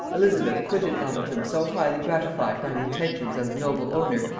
elizabeth quitted elvetham so highly gratified by the attentions of the noble owner,